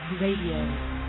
Radio